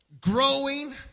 growing